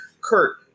Kurt